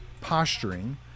posturing